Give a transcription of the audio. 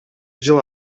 жыл